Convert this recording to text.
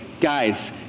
Guys